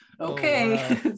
Okay